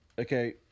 Okay